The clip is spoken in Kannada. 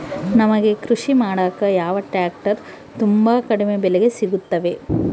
ನಮಗೆ ಕೃಷಿ ಮಾಡಾಕ ಯಾವ ಟ್ರ್ಯಾಕ್ಟರ್ ತುಂಬಾ ಕಡಿಮೆ ಬೆಲೆಗೆ ಸಿಗುತ್ತವೆ?